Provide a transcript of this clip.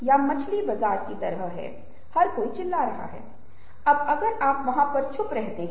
यदि आप ऐसा करने में सक्षम हैं कि शायद हम वास्तव में अधिक विकसित हैं और अंत में शायद ज्यादा खुश भी है